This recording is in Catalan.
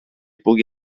pugui